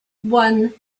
one